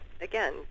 Again